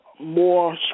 more